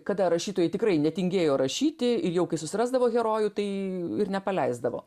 kada rašytojai tikrai netingėjo rašyti ir jau kai susirasdavo herojų tai ir nepaleisdavo